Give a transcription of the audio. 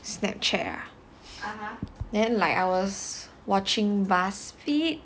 Snapchat right then like I was watching Buzzfeed